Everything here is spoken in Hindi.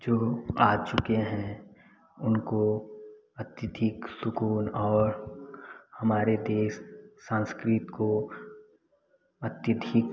जो हो आ चुके हैं उनको अतिथि सुकून और हमारे देश संस्कृति को अतिथि